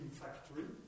factory